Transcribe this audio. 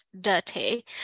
dirty